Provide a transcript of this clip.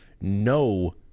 no